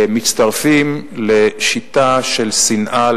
מצטרפים לשיטה של שנאה,